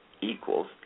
equals